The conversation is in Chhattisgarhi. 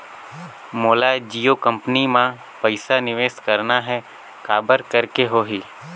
मोला जियो कंपनी मां पइसा निवेश करना हे, काबर करेके होही?